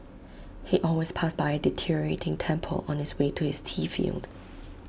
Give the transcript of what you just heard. he always passed by A deteriorating temple on his way to his tea field